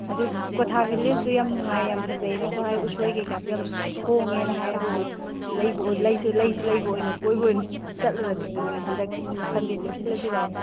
ꯑꯗꯨ ꯀ꯭ꯋꯥꯊꯥ ꯕꯤꯂꯦꯁꯇꯨ ꯌꯥꯝ ꯅꯨꯡꯉꯥꯏ ꯌꯥꯝ ꯐꯖꯩꯅꯁꯨ ꯍꯥꯏ ꯎꯁꯣꯏ ꯀꯩꯀꯥꯁꯨ ꯌꯥꯝ ꯍꯣꯡꯉꯦꯅ ꯍꯥꯏ ꯑꯗꯨꯗꯣ ꯂꯩꯁꯨ ꯂꯩꯕ ꯑꯣꯏꯅ ꯀꯣꯏꯕ ꯑꯣꯏꯅ ꯆꯠꯂꯨꯔꯁꯤꯗꯅ ꯍꯟꯗꯛ ꯁꯟꯗꯦ ꯆꯠꯁꯤꯜꯂꯁꯤꯔꯣ